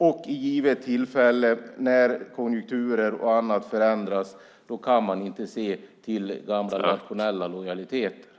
Vid givet tillfälle, när konjunkturer och annat förändras, kan man inte se till gamla nationella lojaliteter.